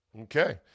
Okay